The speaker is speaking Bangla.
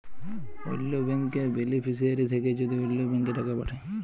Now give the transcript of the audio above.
অল্য ব্যাংকের বেলিফিশিয়ারি থ্যাকে যদি অল্য ব্যাংকে টাকা পাঠায়